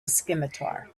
scimitar